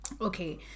Okay